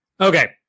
Okay